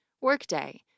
Workday